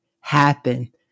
happen